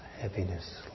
heaviness